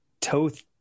Toth